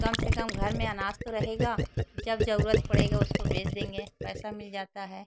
कम से कम घर में अनाज तो रहेगा जब ज़रूरत पड़ेगा उसको बेच देंगे पैसा मिल जाता है